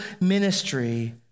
ministry